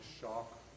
shock